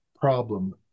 problem